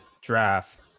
draft